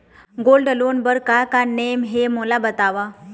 Gold loan बार का का नेम हे, मोला बताव?